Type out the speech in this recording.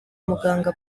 muganga